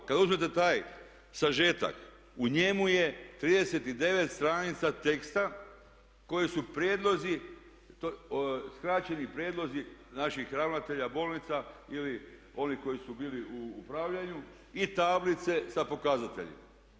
Kad uzmete taj sažetak u njemu je 39 stranica teksta koji su skraćeni prijedlozi naših ravnatelja bolnica ili onih koji su bili u upravljanju i tablice sa pokazateljima.